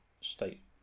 state